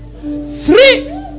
three